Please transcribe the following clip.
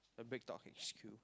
the BreadTalk I_H_Q